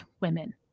women